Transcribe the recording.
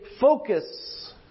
focus